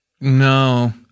no